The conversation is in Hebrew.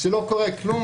כשלא קורה כלום,